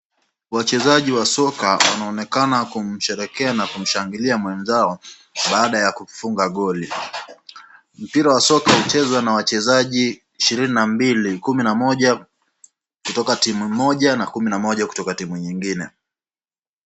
Wachezaji wa soka wanaonekana kumsherekea na kumshangilia mwenzao baada ya kufunga goli, mpira wa soka huchezwa na wachezaji ishirini na mbili, kumi na moja kutoka timu moja na kumi na moja kutoka timu nyingine.